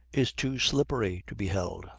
is too slippery to be held,